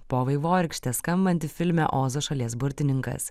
po vaivorykšte skambanti filme ozo šalies burtininkas